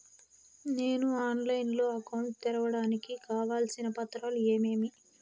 నేను ఆన్లైన్ లో అకౌంట్ తెరవడానికి కావాల్సిన పత్రాలు ఏమేమి?